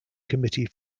committee